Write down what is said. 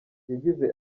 yagize